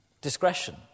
discretion